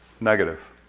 negative